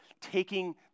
taking